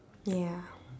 ya